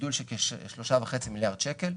גידול של כשלושה וחצי מיליארד שקל.